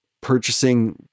purchasing